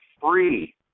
free